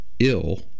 ill